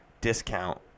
discount